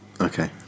Okay